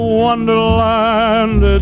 wonderland